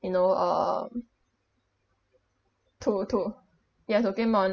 you know um to to they are looking on